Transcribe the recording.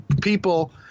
people